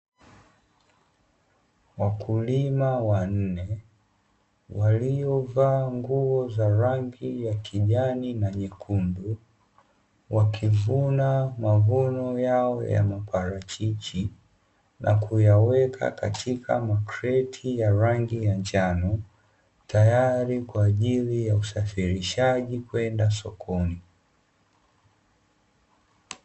Wakulima wanne waliovaa nguo za rangi ya kijani na nyekundu wakivuna m